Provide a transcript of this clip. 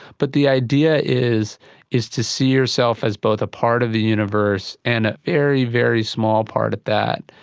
but the idea is is to see yourself as both a part of the universe and very, very small part of that,